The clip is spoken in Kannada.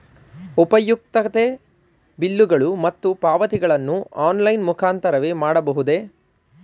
ಉಪಯುಕ್ತತೆ ಬಿಲ್ಲುಗಳು ಮತ್ತು ಪಾವತಿಗಳನ್ನು ಆನ್ಲೈನ್ ಮುಖಾಂತರವೇ ಮಾಡಬಹುದೇ?